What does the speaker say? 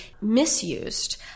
misused